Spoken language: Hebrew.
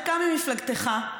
חלקם ממפלגתך,